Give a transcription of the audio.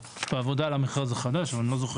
בעבודה על המכרז החדש ואני לא זוכר.